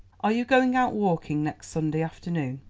are you going out walking next sunday afternoon?